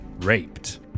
Raped